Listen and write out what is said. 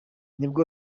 n’ubwo